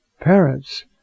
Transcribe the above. parents